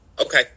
Okay